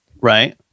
right